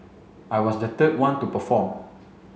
I was the third one to perform